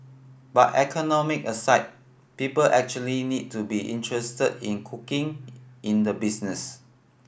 but economic aside people actually need to be interested in cooking in the business